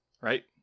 Right